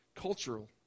cultural